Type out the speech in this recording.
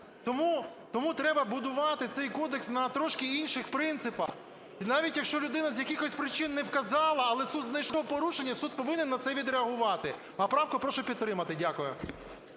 Тому треба будувати цей кодекс на трошки інших принципах, і навіть якщо людина з якихось причин не вказала, але суд знайшов порушення, і суд повинен на це відреагувати. А правку прошу підтримати. Дякую.